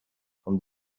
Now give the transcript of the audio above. from